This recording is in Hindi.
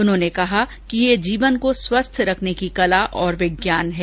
उन्होंने कहा कि यह जीवन को स्वस्थ रखने की कला और विज्ञान है